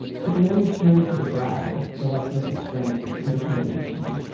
she can always turn to the bride for that source of strength and determination